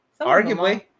arguably